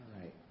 right